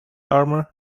armour